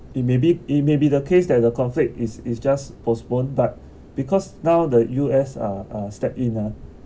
it may be it may be the case that the conflict is is just postpone but because now the U_S are are step in